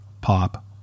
pop